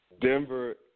Denver